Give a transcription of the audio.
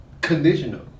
conditional